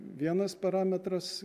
vienas parametras